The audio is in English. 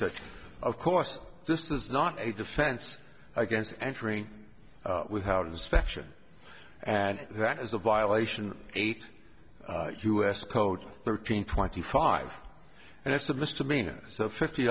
such a course this is not a defense against entering without inspection and that is a violation eight us code thirteen twenty five and it's a misdemeanor so fifty